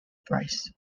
priced